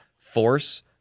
force